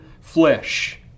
flesh